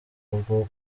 bwo